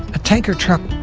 a tanker truck,